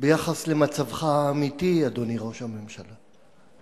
ביחס למצבך האמיתי, אדוני ראש הממשלה.